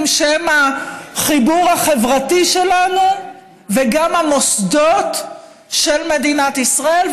שהם החיבור החברתי שלנו וגם במוסדות של מדינת ישראל,